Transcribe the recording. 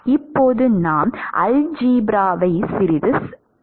இப்போது நாம் அல்ஜீப்ராவை சிறிது செய்யலாம்